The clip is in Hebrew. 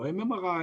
לא עם MRI,